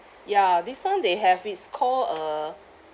ya this [one] they have it's call uh